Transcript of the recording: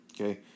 Okay